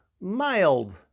mild